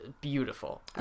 beautiful